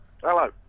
Hello